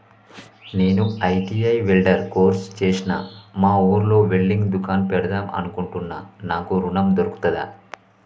నేను ITI welder course చేశ్న మా ఊర్లో వెల్డింగ్ దుకాన్ పెడదాం అనుకుంటున్నా నాకు ఋణం దొర్కుతదా?